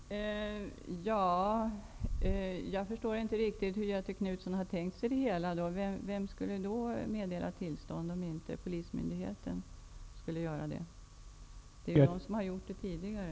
Herr talman! Jag förstår inte riktigt hur Göthe Knutson har tänkt sig det hela. Vem skulle då meddela tillstånd om det inte är polismyndigheten? Det är den myndigheten som har gjort det tidigare.